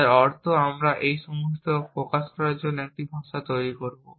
যার অর্থ আমরা এই সমস্ত প্রকাশ করার জন্য একটি ভাষা তৈরি করব